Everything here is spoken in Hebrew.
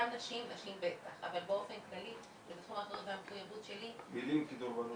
גם נשים באופן כללי בתחום האחריות והמחויבות שלי --- מילים כדורבנות.